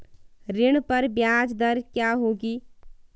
ऋण पर ब्याज दर क्या होगी?